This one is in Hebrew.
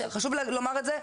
חשוב לומר את זה.